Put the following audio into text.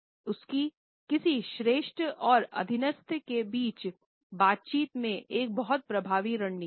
उसकी किसी श्रेष्ठ और अधीनस्थ के बीच बातचीत में एक बहुत प्रभावी रणनीति है